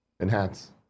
Enhance